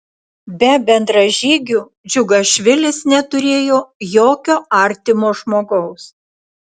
be bendražygių džiugašvilis neturėjo jokio artimo žmogaus